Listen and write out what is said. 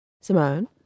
Simone